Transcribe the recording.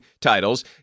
titles